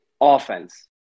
offense